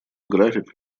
график